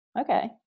okay